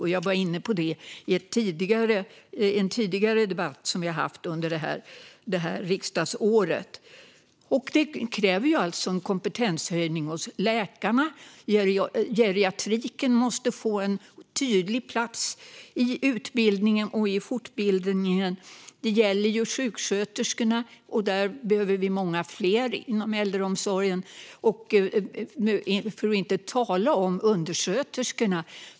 Jag har varit inne på denna fråga i en tidigare debatt under riksdagsåret. Det krävs alltså en kompetenshöjning hos läkarna. Geriatriken måste få en tydlig plats i utbildning och fortbildning. Det behövs fler sjuksköterskor inom äldreomsorgen, för att inte tala om undersköterskorna.